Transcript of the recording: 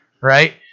right